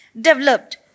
developed